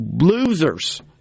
losers